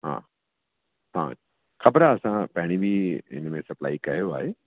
हा हा ख़बर आहे असां पहिरीं बि हिन में सप्लाई कयो आहे